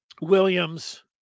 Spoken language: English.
Williams